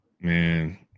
Man